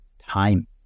time